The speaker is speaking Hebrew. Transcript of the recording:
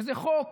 וזה חוק